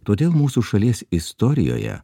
todėl mūsų šalies istorijoje